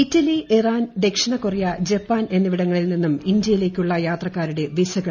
Italy Iran ദക്ഷിണകൊറിയ Japan എന്നിവിടങ്ങളിൽ നിന്നുംഇന്ത്യയിലേക്കുള്ളയാത്രക്കാരുടെവിസകൾറദ്ദാക്കി